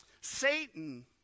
Satan